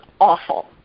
awful